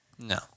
No